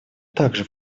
также